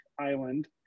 island